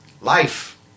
life